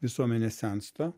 visuomenė sensta